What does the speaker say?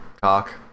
cock